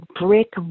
brick